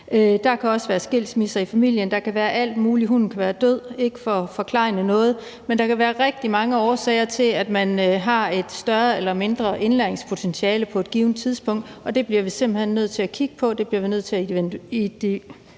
Der kan også være skilsmisser i familien, der kan være alt muligt, hunden kan være død. Det er ikke for at forklejne noget, men der kan være rigtig mange årsager til, at man har et større eller mindre indlæringspotentiale på et givent tidspunkt, og det bliver vi simpelt hen nødt til at kigge på;